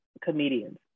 comedians